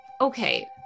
okay